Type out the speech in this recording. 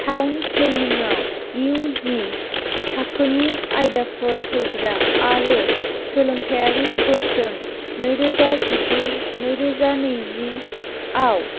town planning आव इउजि थाखोनि आइदाफोर होग्रा आरो सोलोंथायारि बोसोन नैरोजा जिगु नैरोजा नैजिआव